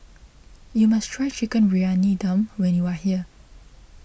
you must try Chicken Briyani Dum when you are here